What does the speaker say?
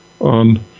on